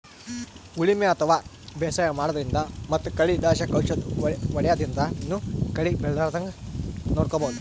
ಉಳಿಮೆ ಅಥವಾ ಬೇಸಾಯ ಮಾಡದ್ರಿನ್ದ್ ಮತ್ತ್ ಕಳಿ ನಾಶಕ್ ಔಷದ್ ಹೋದ್ಯಾದ್ರಿನ್ದನೂ ಕಳಿ ಬೆಳಿಲಾರದಂಗ್ ನೋಡ್ಕೊಬಹುದ್